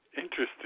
interesting